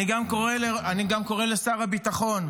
אני קורא גם לשר הביטחון,